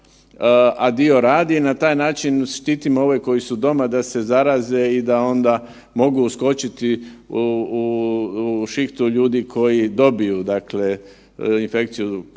a dio radi i na taj način štitimo ove koji su doma da se zaraze i da onda mogu uskočiti u šihtu ljudi koji dobiju dakle infekciju